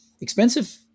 expensive